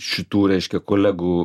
šitų reiškia kolegų